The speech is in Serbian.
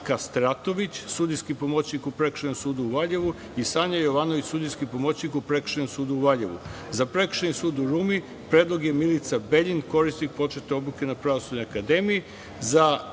Kastratović, sudijski pomoćnik u Prekršajnom sudu u Valjevu i Sanja Jovanović, sudijski pomoćnik u Prekršajnom sudu u Valjevu.Za Prekršajni sud u Rumi, predlog je Milica Beljin, korisnik početne obuke na Pravosudnoj akademiji,